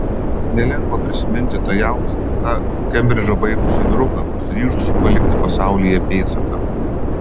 nelengva prisiminti tą jauną tik ką kembridžą baigusį vyruką pasiryžusį palikti pasaulyje pėdsaką